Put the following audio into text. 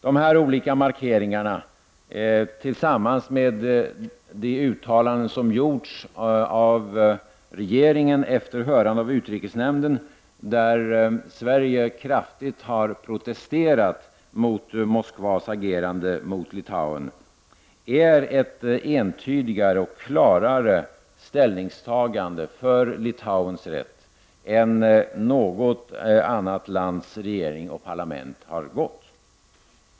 De här olika markeringarna — tillsammans med det uttalande som gjorts av regeringen efter hörande av utrikesnämnden och i vilket Sverige kraftigt protesterat mot Moskvas agerande mot Litauen — är ett entydigare och klarare ställningstagande för Litauens rätt än något annat lands regering och parlament har gjort.